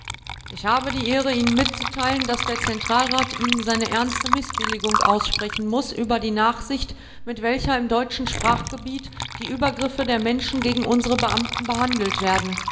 ich habe die ehre ihnen mitzuteilen daß der zentralrat ihnen seine ernste mißbilligung aussprechen muß über die nachsicht mit welcher im deutschen sprachgebiet die übergriffe der menschen gegen unsre beamten behandelt werden